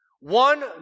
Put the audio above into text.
One